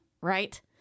right